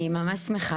אני ממש שמחה